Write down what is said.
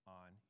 on